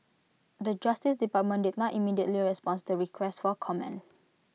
the justice department did not immediately responds to request for comment